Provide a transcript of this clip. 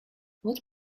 what